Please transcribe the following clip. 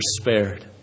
spared